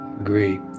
Agree